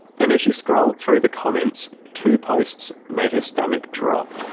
and as she scrolled through the comments, two posts made her stomach drop.